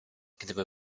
gdyby